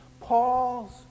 Paul's